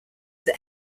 that